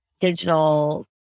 digital